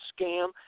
scam